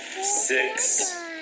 six